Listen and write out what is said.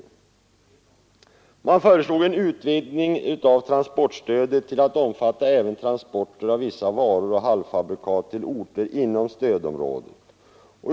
I propositionen framlades förslag om en utvidgning av transportstödet till att omfatta även transporter av vissa råvaror och halvfabrikat till orter inom stödområdet.